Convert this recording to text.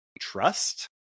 trust